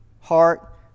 heart